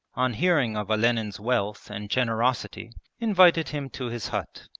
on hearing of olenin's wealth and generosity invited him to his hut.